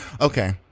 Okay